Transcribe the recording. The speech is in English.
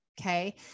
Okay